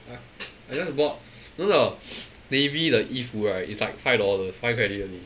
ah I don't want to go out no lah navy 的衣服 right it's like fight dollars five credit only